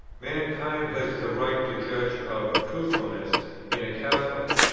mankind has the right to judge of truthfulness in a catholic,